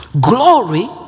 Glory